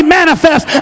manifest